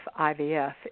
IVF